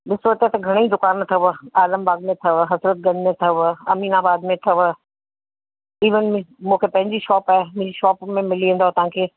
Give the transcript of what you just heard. ॾिसो त त घणेई दुकान अथव आलमबाग़ में अथव हज़रतगंज में अथव अमीनाबाद में अथव ईवन मूंखे पंहिंजी शॉप आहे मुंहिंजी शॉप में मिली वेंदव तव्हांखे